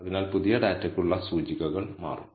അതിനാൽ പുതിയ ഡാറ്റയ്ക്കുള്ള സൂചികകൾ മാറും